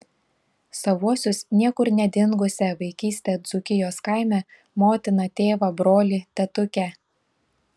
savuosius niekur nedingusią vaikystę dzūkijos kaime motiną tėvą brolį tetukę